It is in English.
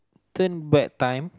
turn back time